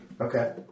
okay